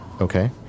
Okay